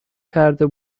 کرده